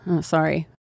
sorry